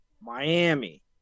miami